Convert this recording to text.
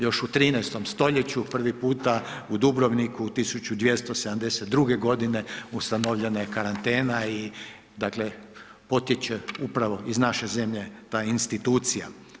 Još u 13. st. prvi puta u Dubrovniku 1272. g. ustanovljena je karantena i dakle, potječe upravo iz naše zemlje ta institucija.